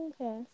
Okay